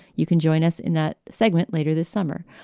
you can join us in that segment later this summer.